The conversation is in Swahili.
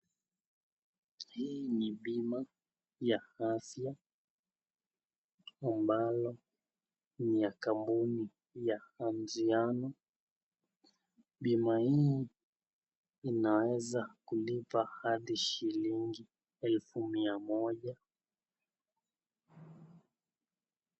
Hii ni bima ya afya ambalo ni ya kampuni ya manjano, bima hii inaweza kulipa hadi shilingi elfu mia moja.